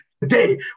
today